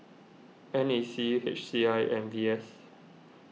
N A C H C I and V S